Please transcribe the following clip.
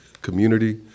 community